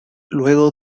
luego